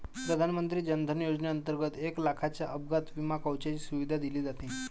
प्रधानमंत्री जन धन योजनेंतर्गत एक लाखाच्या अपघात विमा कवचाची सुविधा दिली जाते